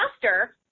faster